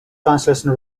translation